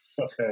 Okay